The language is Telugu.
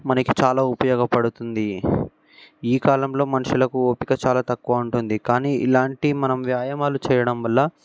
మనకి చాలా ఉపయోగపడుతుంది ఈ కాలంలో మనుషులకు ఓపిక చాలా తక్కువ ఉంటుంది కానీ ఇలాంటి మనం వ్యాయామాలు చేయడం వల్ల